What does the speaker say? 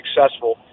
successful